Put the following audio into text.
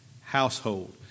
household